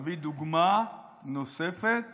להביא דוגמה נוספת